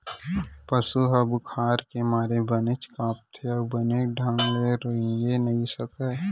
पसु ह बुखार के मारे बनेच कांपथे अउ बने ढंग ले रेंगे नइ सकय